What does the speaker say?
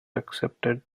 accepted